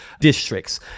districts